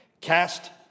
Cast